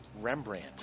Rembrandt